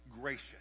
gracious